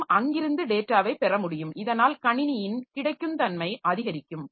மற்றும் அங்கிருந்து டேட்டாவைப் பெற முடியும் இதனால் கணினியின் கிடைக்குந்தன்மை அதிகரிக்கும்